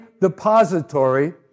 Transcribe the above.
depository